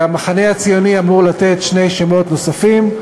המחנה הציוני אמור לתת שני שמות נוספים,